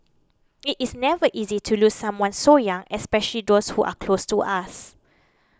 it is never easy to lose someone so young especially those who are close to us